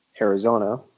Arizona